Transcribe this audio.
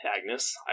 Agnes